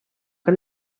que